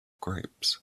grapes